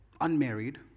unmarried